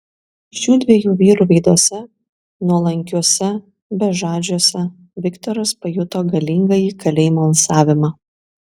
šių dviejų vyrų veiduose nuolankiuose bežadžiuose viktoras pajuto galingąjį kalėjimo alsavimą